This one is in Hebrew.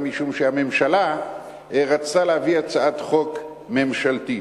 משום שהממשלה רצתה להביא הצעת חוק ממשלתית.